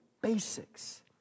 basics